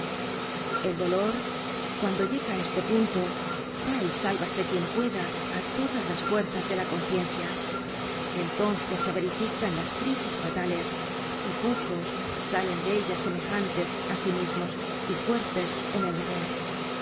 el dolor cuando llega á este punto da el sálvese quien pueda á todas las fuerzas de la conciencia entonces se verifican las crisis fatales y pocos salen de ellas semejantes á sí mismos y fuertes en el deber